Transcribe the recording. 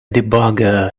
debugger